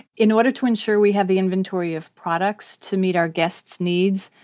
in order to ensure we have the inventory of products to meet our guests' needs,